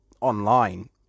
online